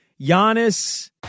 Giannis –